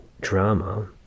drama